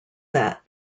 that